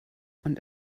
und